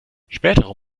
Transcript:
spätere